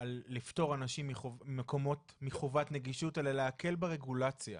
לפתור אנשים מחובת נגישות, אלא להקל ברגולציה.